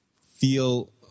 feel